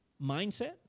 mindset